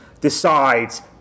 decides